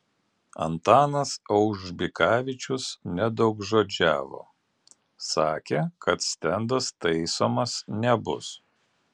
antanas aužbikavičius nedaugžodžiavo sakė kad stendas taisomas nebus